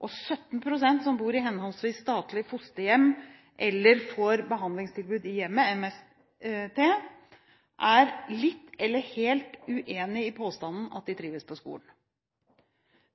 17 pst. som bor i henholdsvis statlige fosterhjem eller får behandlingstilbud i hjemmet, MST, er litt eller helt uenig i påstanden om at de trives på skolen.